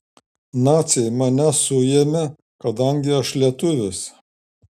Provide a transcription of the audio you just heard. naciai mane suėmė kadangi aš lietuvis